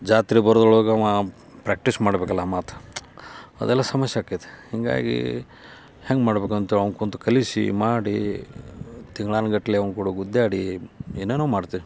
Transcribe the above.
ಜಾತ್ರೆ ಬರೋದ್ರೊಳಗೆ ಅವ ಪ್ರ್ಯಾಕ್ಟಿಸ್ ಮಾಡ್ಬೇಕಲ್ಲ ಮತ್ತು ಅದೆಲ್ಲ ಸಮಸ್ಯೆ ಆಕೈತಿ ಹೀಗಾಗಿ ಹೆಂಗೆ ಮಾಡಬೇಕಂತ ಅವ್ನು ಕುಂತು ಕಲಿಸಿ ಮಾಡಿ ತಿಂಗ್ಳಾನುಗಟ್ಲೆ ಅವ್ನ ಕೂಡ ಗುದ್ದಾಡಿ ಏನೇನೋ ಮಾಡ್ತೀವಿ